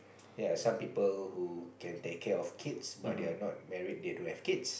yea some people who can take care of kids but they are not married they don't have kids